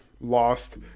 lost